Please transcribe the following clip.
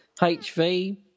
hv